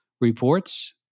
reports